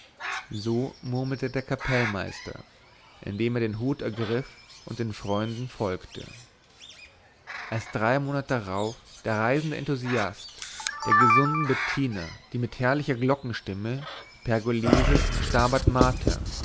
so murmelte der kapellmeister indem er den hut ergriff und den freunden folgte als drei monat darauf der reisende enthusiast der gesundeten bettina die mit herrlicher glocken stimme pergoleses stabat mater